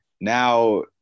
now